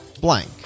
blank